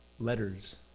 Letters